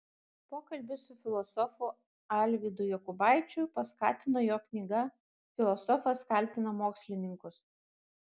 pokalbį su filosofu alvydu jokubaičiu paskatino jo knyga filosofas kaltina mokslininkus